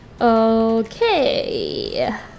Okay